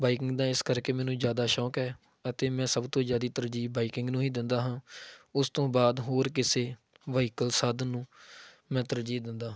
biking ਦਾ ਇਸ ਕਰਕੇ ਮੈਨੂੰ ਜ਼ਿਆਦਾ ਸ਼ੌਂਕ ਹੈ ਅਤੇ ਮੈਂ ਸਭ ਤੋਂ ਜ਼ਿਆਦਾ ਤਰਜੀਹ ਬਾਈਕਿੰਗ ਨੂੰ ਹੀ ਦਿੰਦਾ ਹਾਂ ਉਸ ਤੋਂ ਬਾਅਦ ਹੋਰ ਕਿਸੇ ਵਹੀਕਲ ਸਾਧਨ ਨੂੰ ਮੈਂ ਤਰਜੀਹ ਦਿੰਦਾ